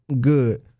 good